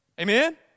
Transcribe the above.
Amen